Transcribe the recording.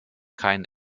kein